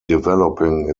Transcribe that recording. developing